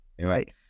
Right